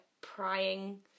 prying